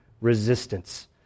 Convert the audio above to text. resistance